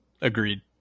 Agreed